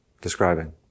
describing